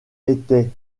était